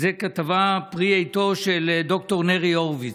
כתבה זו היא פרי עטו של ד"ר נרי הורוביץ.